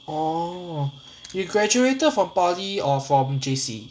orh you graduated from poly or from J_C